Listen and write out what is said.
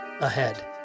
ahead